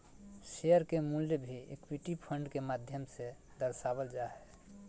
share के मूल्य भी इक्विटी फंड के माध्यम से दर्शावल जा हय